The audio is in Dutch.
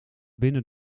binnen